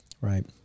Right